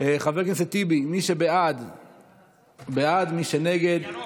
חבר הכנסת טיבי, מי שבעד, בעד, מי שנגד,